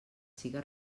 siga